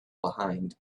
behind